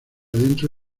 dentro